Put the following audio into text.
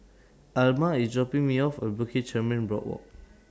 Alma IS dropping Me off At Bukit Chermin Boardwalk